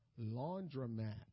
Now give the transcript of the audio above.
Laundromat